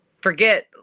forget